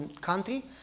country